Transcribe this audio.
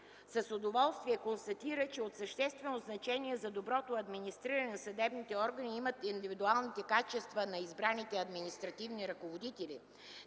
с удоволствие констатира, че от съществено значение за доброто администриране на съдебните органи са индивидуалните качества на избраните административни ръководители.